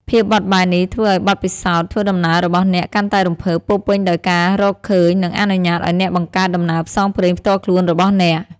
ភាពបត់បែននេះធ្វើឱ្យបទពិសោធន៍ធ្វើដំណើររបស់អ្នកកាន់តែរំភើប ពោរពេញដោយការរកឃើញ និងអនុញ្ញាតឱ្យអ្នកបង្កើតដំណើរផ្សងព្រេងផ្ទាល់ខ្លួនរបស់អ្នក។